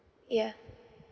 yeah